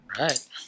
Right